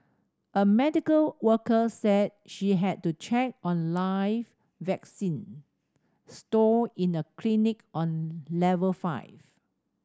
a medical worker said she had to check on live vaccine stored in a clinic on level five